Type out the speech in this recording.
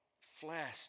flesh